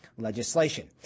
legislation